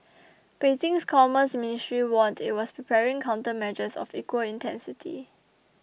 Beijing's commerce ministry warned it was preparing countermeasures of equal intensity